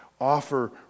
Offer